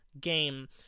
game